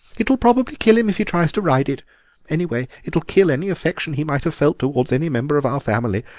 it will probably kill him if he tries to ride it anyway it will kill any affection he might have felt towards any member of our family.